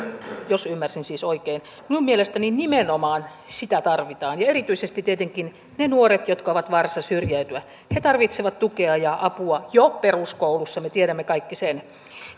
jos ymmärsin siis oikein minun mielestäni nimenomaan sitä tarvitaan ja erityisesti tarvitsevat tietenkin ne nuoret jotka ovat vaarassa syrjäytyä he tarvitsevat tukea ja apua jo peruskoulussa me tiedämme kaikki sen